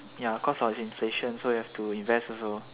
ya cause of inflation so have to invest also